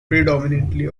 predominantly